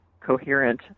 coherent